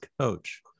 coach